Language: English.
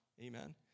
Amen